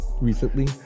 recently